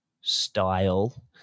style